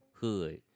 Hood